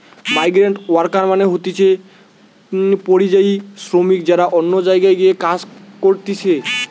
migrant worker মানে হতিছে পরিযায়ী শ্রমিক যারা অন্য জায়গায় গিয়ে কাজ করতিছে